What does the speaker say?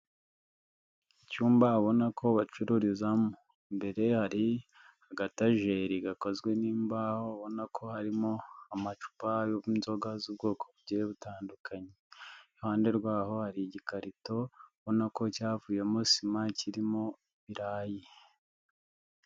Icyumba ubona ko bacururizamo imbere hari, agatajeri gakozwe n'imbaho ubona ko harimo amacupa y'inzoga z'ubwoko bugiye butandukanye. Iruhande rwaho hari igikarito, ubona ko cyavuyemo sima kirimo ibirayi.